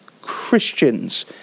Christians